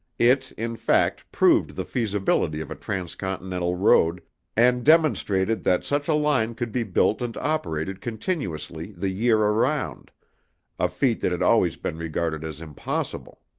it, in fact, proved the feasibility of a transcontinental road and demonstrated that such a line could be built and operated continuously the year around a feat that had always been regarded as impossible.